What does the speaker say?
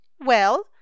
Well